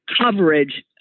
Coverage